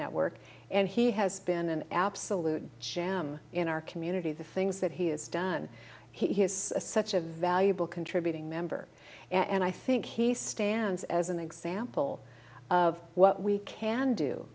network and he has been an absolute gem in our community the things that he has done he is such a valuable contributing member and i think he stands as an example of what we can do